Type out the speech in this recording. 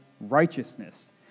righteousness